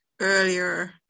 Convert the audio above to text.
earlier